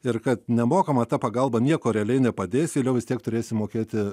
ir kad nemokama ta pagalba nieko realiai nepadėsi vis tiek turėsi mokėti